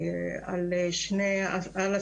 אנחנו